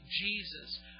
Jesus